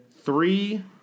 three